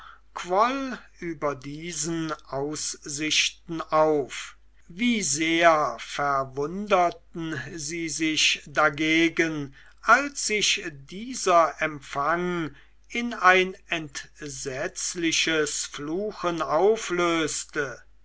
quoll über diesen aussichten auf wie sehr verwunderten sie sich dagegen als sich dieser empfang in ein entsetzliches fluchen auflöste